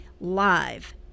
live